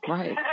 Right